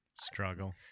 Struggle